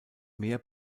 mehr